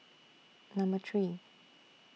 Number three